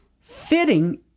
fitting